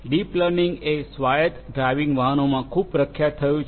deep learning એ સ્વાયત્ત driving વાહનોમાં ખૂબ પ્રખ્યાત થયું છે